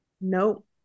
Nope